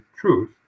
truth